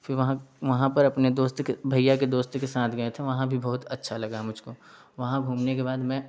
फिर वहाँ वहाँ पर अपने दोस्त के भैया के दोस्त के साथ गए थे वहाँ भी बहुत अच्छा लगा मुझको वहाँ घूमने के बाद मैं